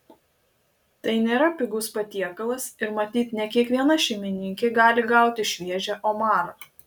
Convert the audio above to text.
tai nėra pigus patiekalas ir matyt ne kiekviena šeimininkė gali gauti šviežią omarą